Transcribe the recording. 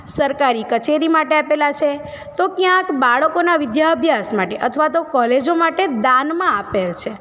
સરકારી કચેરી માટે આપેલા છે તો ક્યાંક બાળકોના વિદ્યાભ્યાસ માટે આપેલ છે અથવા તો કોલેજો માટે દાનમાં આપેલ છે